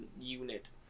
unit